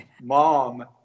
Mom